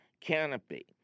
canopy